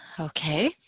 Okay